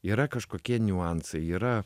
yra kažkokie niuansai yra